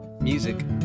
Music